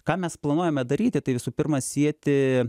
ką mes planuojame daryti tai visų pirma sieti